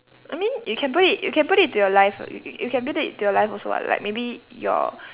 I mean you can put it you can put it to your life [what] y~ you can put it to your life also [what] like maybe your